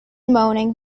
moaning